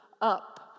up